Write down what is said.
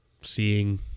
seeing